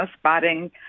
spotting